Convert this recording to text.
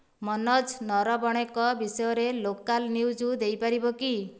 ମନୋଜ ନରବଣେଙ୍କ ବିଷୟରେ local news ଦେଇପାରିବ କି